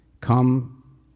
come